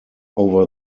over